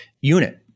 unit